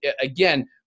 again